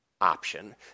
option